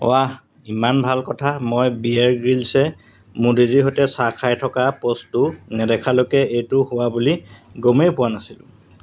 ৱাহ ইমান ভাল কথা মই বিয়েৰ গ্ৰিলছে মোদীজীৰ সৈতে চাহ খাই থকা পষ্টটো নেদেখালৈকে এইটো হোৱা বুলি গমেই পোৱা নাছিলোঁ